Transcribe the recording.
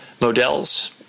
Models